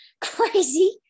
crazy